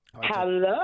Hello